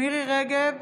מירי מרים רגב,